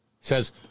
says